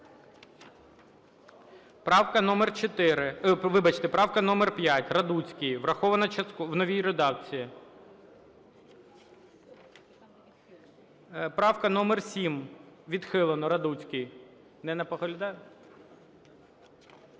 правка номер 5, Радуцький. Врахована в новій редакції. Правка номер 7. Відхилено. Радуцький.